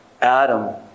Adam